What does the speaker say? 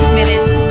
minutes